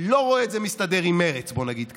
לא רואה את זה מסתדר עם מרצ, בוא נגיד ככה.